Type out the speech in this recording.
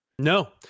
no